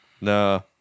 No